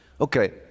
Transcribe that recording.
Okay